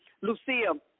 Lucia